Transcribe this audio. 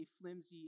flimsy